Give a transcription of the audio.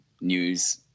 news